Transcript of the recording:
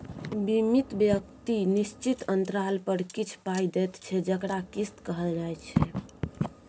बीमित व्यक्ति निश्चित अंतराल पर किछ पाइ दैत छै जकरा किस्त कहल जाइ छै